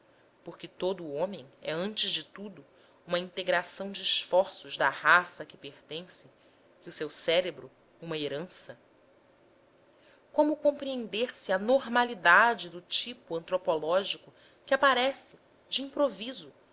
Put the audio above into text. porque todo o homem é antes de tudo uma integração de esforços da raça a que pertence e o seu cérebro uma herança como compreender se a normalidade do tipo antropológico que aparece de improviso